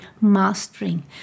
mastering